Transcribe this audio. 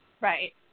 right